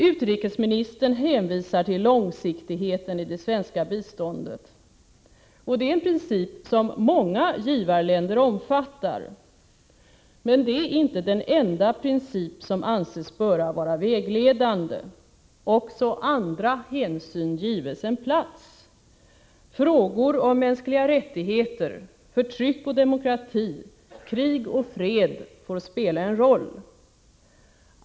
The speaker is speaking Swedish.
Utrikesministern hänvisar till långsiktigheten i det svenska biståndet. Och det är en princip som många givarländer omfattar. Men det är inte den enda princip som anses böra vara vägledande — också andra hänsyn gives en plats. Frågor om mänskliga rättigheter, förtryck och demokrati, krig och fred får spela en roll.